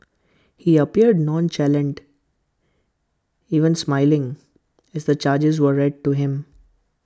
he appeared nonchalant even smiling as the charges were read to him